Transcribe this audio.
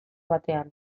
batean